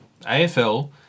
AFL